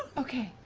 okay.